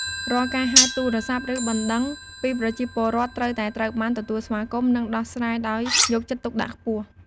រាល់ការហៅទូរស័ព្ទ ឬបណ្តឹងពីប្រជាពលរដ្ឋ ត្រូវតែត្រូវបាន ទទួលស្វាគមន៍ និងដោះស្រាយដោយយកចិត្តទុកដាក់ខ្ពស់។